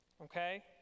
Okay